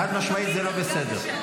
חד-משמעית זה לא בסדר.